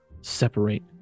separate